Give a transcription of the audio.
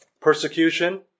Persecution